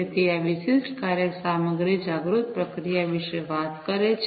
તેથી આ વિશિષ્ટ કાર્ય સામગ્રી જાગૃત પ્રક્રિયા વિશે વાત કરે છે